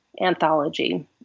anthology